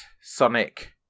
Sonic